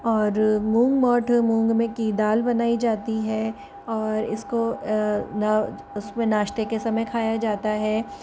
और मूंग मोठ मूंग में की दाल बनाई जाती है और इसको न उसमें नाश्ते के समय खाया जाता है